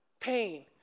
pain